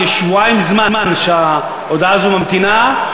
שבועיים ההודעה הזו ממתינה,